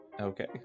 okay